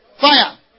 Fire